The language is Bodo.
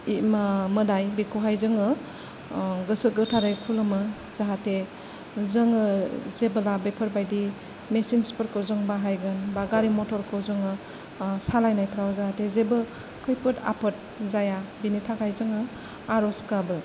मोदाय बेखौहाय जोङो गोसो गोथारै खुलुमो जाहाथे जोङो जेबोला बेफोरबादि मेचिनफोरखौ जों बाहायगोन बा गारि मथरखौ जोङो सालायनायफ्राव जाहाथे जोबो खैफोद आफोद जाया बेनि थाखाय जोङो आरज गाबो